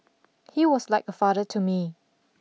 he was like a father to me